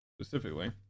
specifically